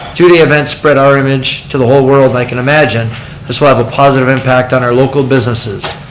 two day event spread our image to the whole world, i can imagine this will have a positive impact on our local businesses.